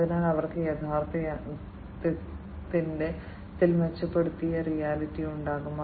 അതിനാൽ അവർക്ക് യഥാർത്ഥ യാഥാർത്ഥ്യത്തിന്റെ മെച്ചപ്പെടുത്തിയ റിയാലിറ്റി ഉണ്ടായിരിക്കും